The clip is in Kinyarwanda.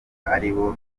aribo